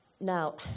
Now